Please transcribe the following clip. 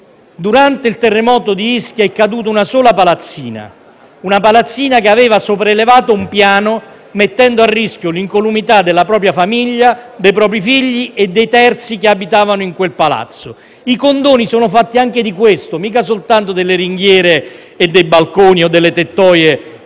Durante il terremoto di Ischia è caduta una sola palazzina, che aveva sopraelevato un piano, mettendo a rischio l’incolumità della famiglia con figli e dei terzi che vi abitavano. I condoni sono fatti anche di questo, mica soltanto delle ringhiere e dei balconi o delle tettoie